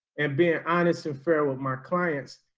and being honest and fair with my clients,